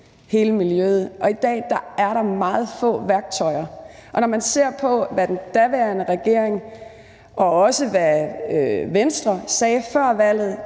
hele miljøet, og i dag er der meget få værktøjer. Og når man ser på, hvad den daværende regering og også, hvad Venstre sagde før valget,